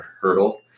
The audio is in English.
hurdle